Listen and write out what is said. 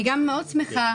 אני גם מאוד שמחה